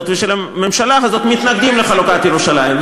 ושל הממשלה הזאת מתנגדים לחלוקת ירושלים.